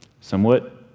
somewhat